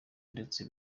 ndetse